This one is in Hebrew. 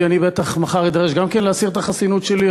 כי בטח גם אני אדרש מחר להסיר את החסינות שלי,